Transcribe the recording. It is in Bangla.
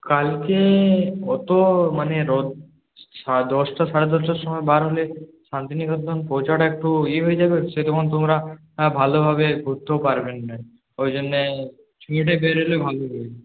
কালকে অতো মানে রোজ দশটা সাড়ে দশটার সময় বার হলে শান্তিনিকেতন পৌঁছানোটা একটু ইয়ে হয়ে যাবে সেই তখন তোমরা ভালোভাবে ঘুরতেও পারবেন না ওই জন্যে বেরলে ভালো হয়